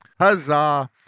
huzzah